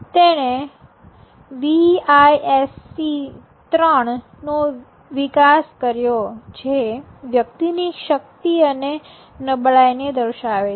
તેણે WISC 3 નો વિકાસ કર્યો જે વ્યક્તિની શક્તિ અને નબળાઈને દર્શાવે છે